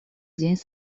день